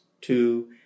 two